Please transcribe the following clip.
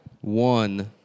one